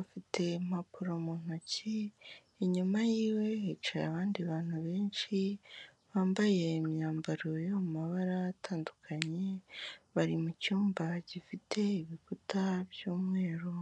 afite impapuro mu ntoki, inyuma yiwe hicaye abandi bantu benshi bambaye imyambaro yo mu mabara atandukanye, bari mu cyumba gifite ibikuta by'umweru.